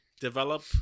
develop